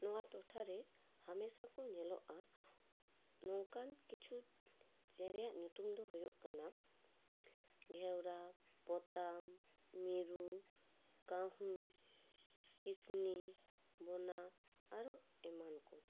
ᱱᱚᱣᱟ ᱴᱚᱴᱷᱟᱨᱮ ᱦᱟᱢᱮᱥᱟ ᱠᱚ ᱧᱮᱞᱚᱜᱼᱟ ᱱᱚᱝᱠᱟᱱ ᱠᱤᱪᱷᱩ ᱪᱮᱬᱮᱭᱟᱜ ᱧᱩᱛᱩᱢ ᱫᱚ ᱦᱩᱭᱩᱜ ᱠᱟᱱᱟ ᱜᱷᱮᱣᱨᱟ ᱯᱚᱛᱟᱢ ᱢᱤᱨᱩ ᱠᱟᱹᱦᱩ ᱠᱤᱥᱱᱤ ᱵᱚᱱᱟ ᱟᱨᱚ ᱮᱢᱟᱱ ᱠᱚ